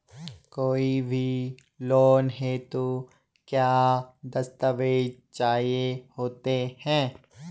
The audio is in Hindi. कोई भी लोन हेतु क्या दस्तावेज़ चाहिए होते हैं?